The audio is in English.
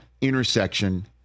intersection